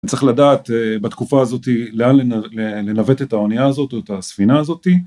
צריך לדעת בתקופה הזאת לאן ננווט את האונייה הזאת או את הספינה הזאת.